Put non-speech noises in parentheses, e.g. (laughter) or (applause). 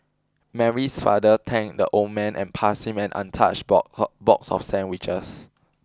Mary's father thanked the old man and passed him an untouched (unintelligible) box of sandwiches